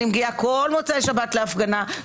אני מגיעה בכל מוצאי שבת להפגנה,